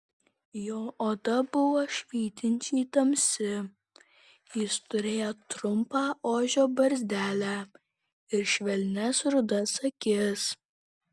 jo oda buvo švytinčiai tamsi jis turėjo trumpą ožio barzdelę ir švelnias rudas akis